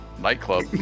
nightclub